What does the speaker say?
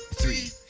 three